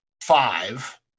five